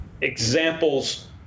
examples